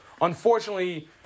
unfortunately